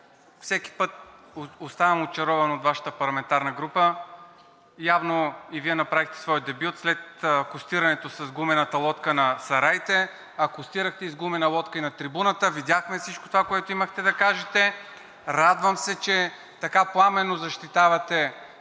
всеки път оставам очарован от Вашата парламентарна група. Явно и Вие направихте своя дебют след акостирането с гумената лодка на „Сараите“, акостирахте и с гумена лодка и на трибуната, видяхме всичко това, което имахте да кажете. Радвам се, че така пламенно защитавате